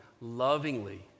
lovingly